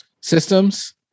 systems